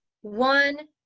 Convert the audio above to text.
one